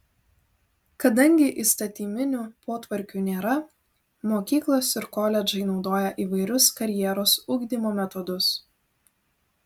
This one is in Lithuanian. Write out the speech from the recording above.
kadangi įstatyminių potvarkių nėra mokyklos ir koledžai naudoja įvairius karjeros ugdymo metodus